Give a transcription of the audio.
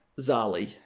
Zali